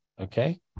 okay